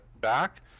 back